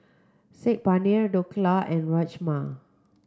Saag Paneer Dhokla and Rajma